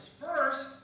First